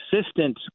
assistant